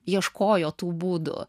ieškojo tų būdų